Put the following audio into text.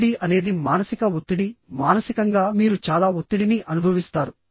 ఒత్తిడి అనేది మానసిక ఒత్తిడి మానసికంగా మీరు చాలా ఒత్తిడిని అనుభవిస్తారు